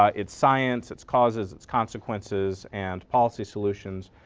ah its science, its causes, its consequences and policy solutions.